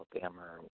Alabama